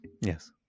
Yes